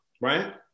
right